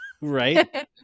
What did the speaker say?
Right